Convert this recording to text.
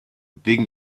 wegen